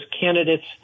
candidates